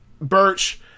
Birch